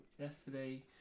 yesterday